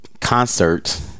concert